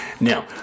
Now